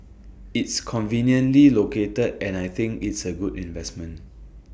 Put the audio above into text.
it's conveniently located and I think it's A good investment